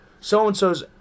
so-and-so's